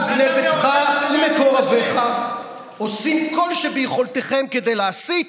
בני ביתך ומקורביך עושים כל שביכולתכם כדי להסית,